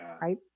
right